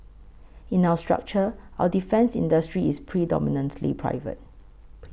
in our structure our defence industry is predominantly private